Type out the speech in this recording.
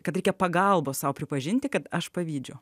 kad reikia pagalbos sau pripažinti kad aš pavydžiu